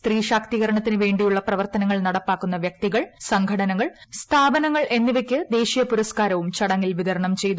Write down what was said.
സ്ത്രീ ശാക്തീകരണത്തിനു വേണ്ടിയുള്ള പ്രവർത്തനങ്ങൾ നടപ്പാക്കുന്ന വ്യക്തികൾ സംഘടനകൾ സ്ഥാപനങ്ങൾ എന്നിവയ്ക്ക് ദേശീയ പുരസ്കാരവും ചടങ്ങിൽ വിതരണം ചെയ്തു